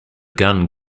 gun